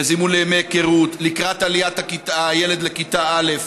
בזימון לימי היכרות לקראת עליית הילד לכיתה א',